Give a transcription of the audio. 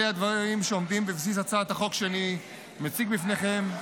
אלה הדברים שעומדים בבסיס הצעת החוק שאני מציג בפניכם.